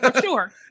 Sure